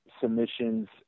submissions